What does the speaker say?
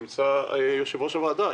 ימצא יושב-ראש הוועדה מועד לדיון